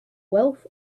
wealth